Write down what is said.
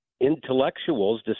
intellectuals